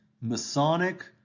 Masonic